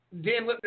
Dan